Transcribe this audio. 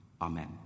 Amen